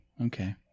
okay